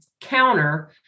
counter